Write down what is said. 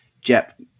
Jep